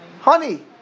Honey